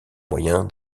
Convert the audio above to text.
moyen